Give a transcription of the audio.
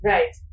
Right